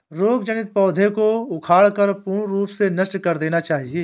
रोग जनित पौधों को उखाड़कर पूर्ण रूप से नष्ट कर देना चाहिये